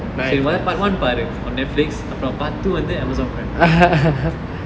சரி மொத:sari mothe part one பாரு:paaru on netflix for part two under amazon prime